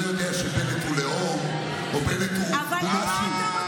אני לא יודע שבנט הוא לאום או בנט הוא משהו.